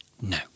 No